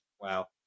Wow